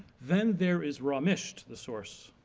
then there is ramisht. the source